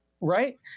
Right